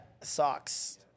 Socks